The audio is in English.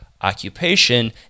occupation